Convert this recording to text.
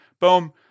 Boom